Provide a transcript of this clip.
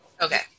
Okay